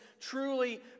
truly